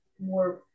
more